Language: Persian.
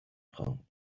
خواهم